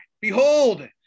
Behold